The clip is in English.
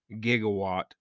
gigawatt